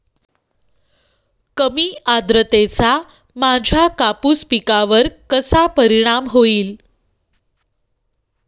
कमी आर्द्रतेचा माझ्या कापूस पिकावर कसा परिणाम होईल?